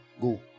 Go